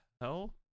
hell